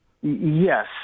Yes